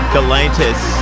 Galantis